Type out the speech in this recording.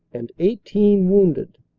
and eighteen wounded,